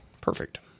Perfect